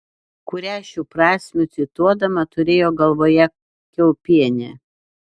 kurią šių prasmių cituodama turėjo galvoje kiaupienė